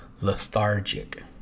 lethargic